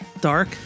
dark